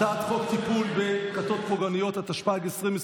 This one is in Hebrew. הצעת חוק טיפול בכתות פוגעניות, התשפ"ג 2023,